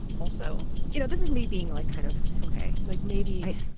also, you know, this is me being like, kind of ok like, maybe,